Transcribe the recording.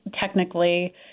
technically